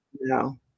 No